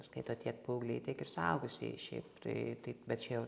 skaito tiek paaugliai tiek ir suaugusieji šiaip tai taip bet čia jau